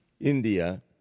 India